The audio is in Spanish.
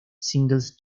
singles